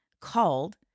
called